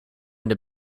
into